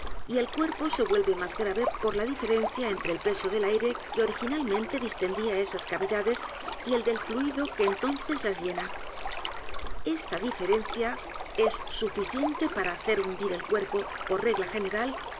y el cuerpo se vuelve más grave por la diferencia entre el peso del aire que o r i g i n a l el misterio de maría rogét mente distendía esas cavidades y el del fluido que entonces las llena e s t a diferencia es suficiente para hacer hundir el cuerpo por regla general